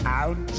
out